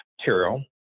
material